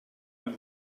and